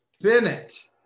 Bennett